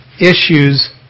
issues